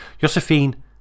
Josephine